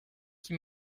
qui